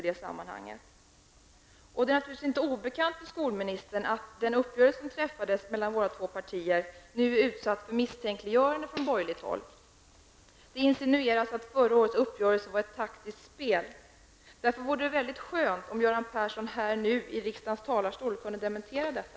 Det är naturligtvis inte obekant för skolministern att den uppgörelse som träffades mellan våra två partier är utsatt för misstänkliggörande från borgerligt håll. Det insinueras att förra årets uppgörelse var ett taktiskt spel. Därför vore det väldigt skönt om Göran Persson här nu i riksdagens talarstol kunde dementera detta.